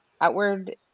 outward